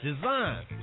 design